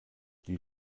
die